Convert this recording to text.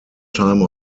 time